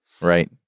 Right